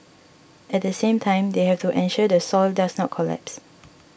at the same time they have to ensure the soil does not collapse